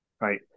Right